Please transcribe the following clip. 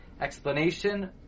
explanation